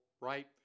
right